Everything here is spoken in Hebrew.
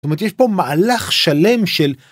יש פה מהלך שלם של.